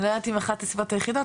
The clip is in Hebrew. אני לא יודעת אם אחת הסיבות היחידות,